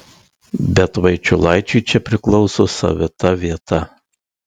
bet vaičiulaičiui čia priklauso savita vieta